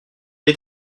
est